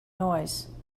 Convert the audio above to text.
noise